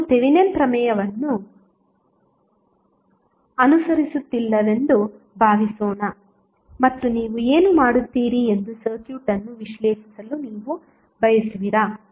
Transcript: ನೀವು ಥೆವೆನಿನ್ ಪ್ರಮೇಯವನ್ನು ಅನುಸರಿಸುತ್ತಿಲ್ಲವೆಂದು ಭಾವಿಸೋಣ ಮತ್ತು ನೀವು ಏನು ಮಾಡುತ್ತೀರಿ ಎಂದು ಸರ್ಕ್ಯೂಟ್ ಅನ್ನು ವಿಶ್ಲೇಷಿಸಲು ನೀವು ಬಯಸುವಿರಾ